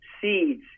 seeds